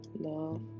love